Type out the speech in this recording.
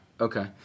Okay